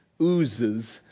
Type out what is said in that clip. oozes